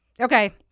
okay